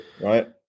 right